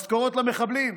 משכורות למחבלים.